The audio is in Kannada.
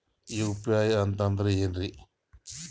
ಯು.ಪಿ.ಐ ಅಂತಂದ್ರೆ ಏನ್ರೀ?